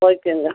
ஓகேங்க